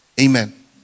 Amen